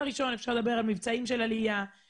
וגם תתייחסי למצב הקהילה מצד אחד,